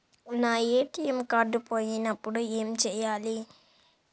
నా ATM card పోయినప్పుడు ఏమి చేయాలి?